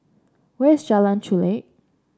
where is Jalan Chulek